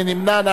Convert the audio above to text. מי נמנע?